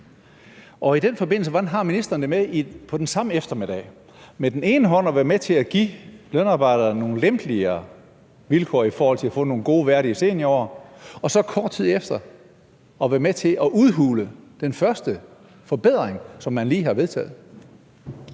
i den forbindelse med på den samme eftermiddag med den ene hånd at være med til at give lønarbejderne nogle lempeligere vilkår i forhold til at få nogle gode, værdige seniorår og så kort tid efter med den anden hånd at være med til at udhule den første forbedring, som man lige har vedtaget?